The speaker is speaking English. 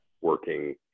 working